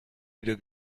wieder